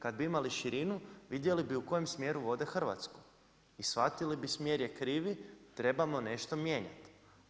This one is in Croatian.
Kad bi imali širinu vidjeli bi u kojem smjeru vode Hrvatsku i shvatili bi smjer je krivi, trebamo nešto mijenjati.